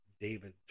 David